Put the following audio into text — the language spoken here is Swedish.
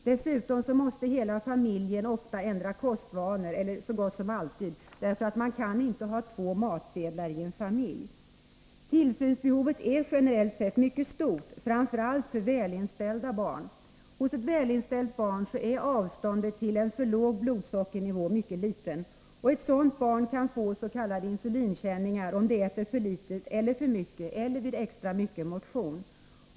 Dessutom måste hela familjen ofta eller så gott som alltid ändra kostvanor, eftersom man inte kan ha två matsedlar i en familj. Tillsynsbehovet är generellt sett mycket stort, framför allt för välinställda barn. Hos ett välinställt barn är avståndet till en för låg blodsockernivå mycket litet. Ett sådant barn kan få s.k. insulinkänningar, om det äter för litet eller för sent eller får extra mycket motion.